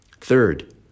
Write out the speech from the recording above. Third